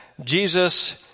Jesus